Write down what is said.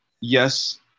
yes